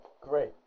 great